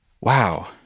wow